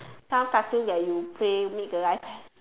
some cartoon that you play make the life